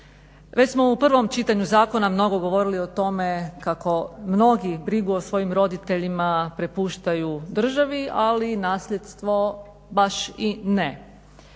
Već smo u prvom čitanju zakona mnogo govorili o tome kako mnogi brigu o svojim roditeljima prepuštaju državi ali nasljedstvo baš i ne.